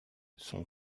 son